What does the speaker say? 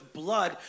blood